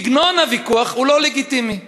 סגנון הוויכוח הוא לא לגיטימי,